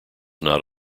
not